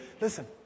listen